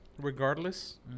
regardless